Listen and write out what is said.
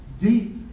deep